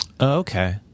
Okay